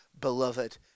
beloved